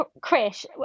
Chris